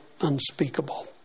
unspeakable